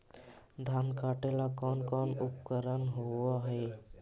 धान काटेला कौन कौन उपकरण होव हइ?